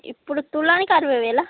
ఇప్పుడు తులానికి అరవై వేలా